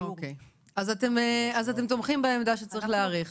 אתם תומכים בעמדה שצריך להאריך.